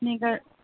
sneaker